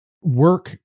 work